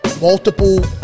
multiple